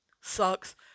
sucks